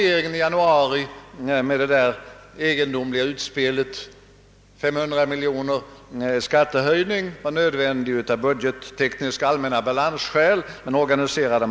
Jag vill bara konstatera ett par saker i förbigående.